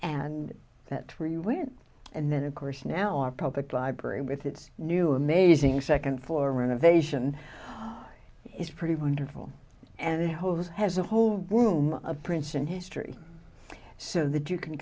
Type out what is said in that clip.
and that's where you went and then of course now our public library with its new amazing second floor renovation is pretty wonderful and jose has a home room of princeton history so that you can